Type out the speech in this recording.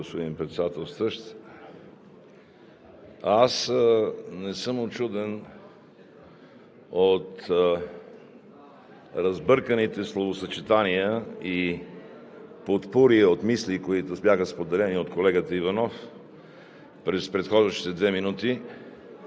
Аз не съм учуден от разбърканите словосъчетания и потпури от мисли, които бяха споделени от колегата Иванов през предхождащите две минути.